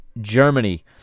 Germany